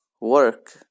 work